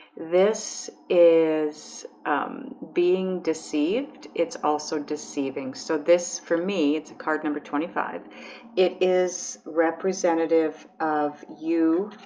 this is being deceived it's also deceiving so this for me it's a card number twenty five it is representative of you